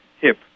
Hip